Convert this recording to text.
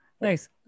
Nice